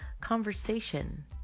conversation